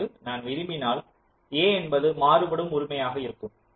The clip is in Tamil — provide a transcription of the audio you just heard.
அதாவது நான் விரும்பினால் a என்பது மாறுபடும் உரிமையாக இருக்கும்